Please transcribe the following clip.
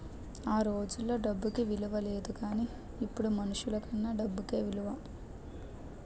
ఆ రోజుల్లో డబ్బుకి ఇలువ లేదు గానీ ఇప్పుడు మనుషులకన్నా డబ్బుకే ఇలువ